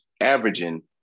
averaging